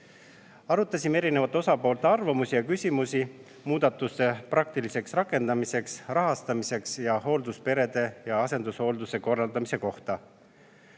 seisund. Arutasime eri osapoolte arvamusi ja küsimusi muudatuste praktilise rakendamise ja rahastamise ning hooldusperede ja asendushoolduse korraldamise kohta.